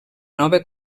nova